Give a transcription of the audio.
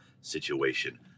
situation